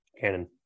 Cannon